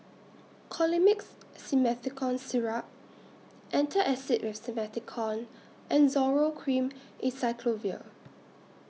Colimix Simethicone Syrup Antacid with Simethicone and Zoral Cream Acyclovir